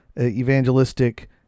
evangelistic